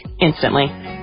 instantly